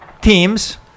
teams